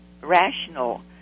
rational